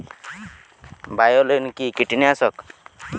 বায়োলিন কি কীটনাশক?